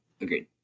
Agreed